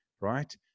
Right